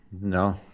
No